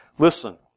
Listen